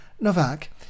Novak